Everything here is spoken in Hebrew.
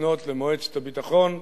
לפנות למועצת הביטחון.